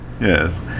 Yes